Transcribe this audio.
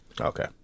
Okay